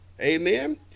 Amen